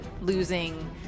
losing